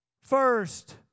first